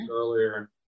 earlier